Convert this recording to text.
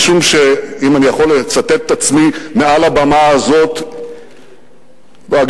משום שאם אני יכול לצטט את עצמי מעל הבמה הזאת אין-ספור פעמים,